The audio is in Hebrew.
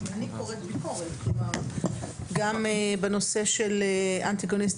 אני קוראת ביקורת גם בנושא antagonistic